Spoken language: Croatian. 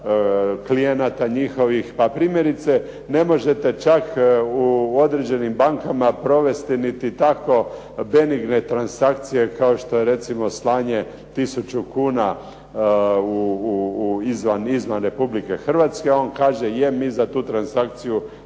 klijenata njihovih. Pa primjerice, ne možete čak u određenim bankama provesti niti tako benigne transakcije kao što je recimo slanje tisuću kuna izvan Republike Hrvatske, a on kaže je mi za tu transakciju